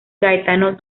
gaetano